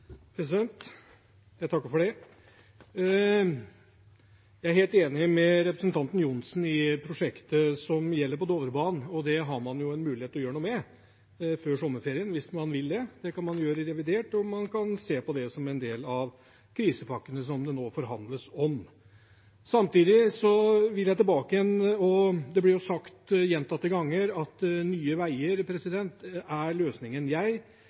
Jeg er helt enig med representanten Johnsen når det gjelder prosjektet på Dovrebanen, og det har man jo en mulighet til å gjøre noe med før sommerferien, hvis man vil. Det kan man gjøre i revidert, og man kan se på det som en del av krisepakkene det nå forhandles om. Samtidig vil jeg tilbake igjen til det som blir sagt gjentatte ganger om at Nye Veier er løsningen. Jeg